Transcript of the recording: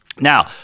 Now